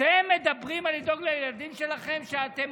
אתם מדברים על "לדאוג לילדים שלכם" כשאתם